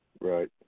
right